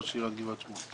אני ראש עיריית גבעת שמואל.